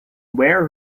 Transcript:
ware